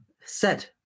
set